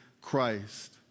Christ